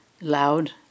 loud